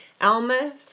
Alma